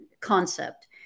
concept